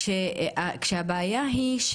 כשהבעיה היא,